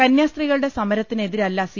കന്യാസ്ത്രീകളുടെ സമരത്തിന് എതിരല്ല സി